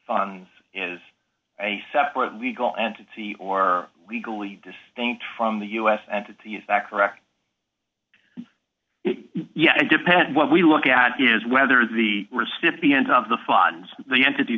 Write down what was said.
funds is a separate legal entity or legally distinct from the u s entity is that correct yeah it depends what we look at is whether the recipient of the funds the entity